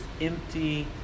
empty